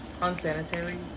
unsanitary